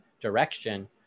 direction